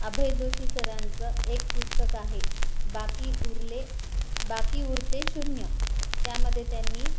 अभय जोशी सरांचं एक पुस्तक आहे बाकी उरले बाकी उरते शून्य त्यामध्ये त्यांनी